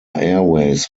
airways